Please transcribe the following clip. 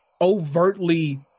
overtly